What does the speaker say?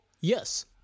yes